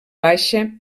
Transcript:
baixa